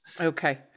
Okay